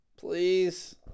please